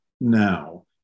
now